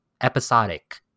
episodic